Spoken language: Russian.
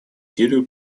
сирию